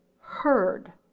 heard